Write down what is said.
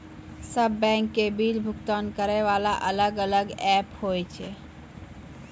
सब बैंक के बिल भुगतान करे वाला अलग अलग ऐप्स होय छै यो?